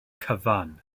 cyfan